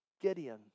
Gideon